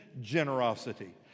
generosity